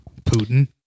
Putin